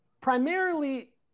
primarily